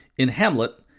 in hamlet,